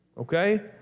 okay